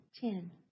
ten